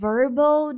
Verbal